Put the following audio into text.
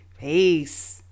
Peace